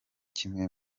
kimwe